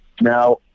Now